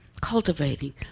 cultivating